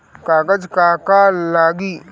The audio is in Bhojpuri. कागज का का लागी?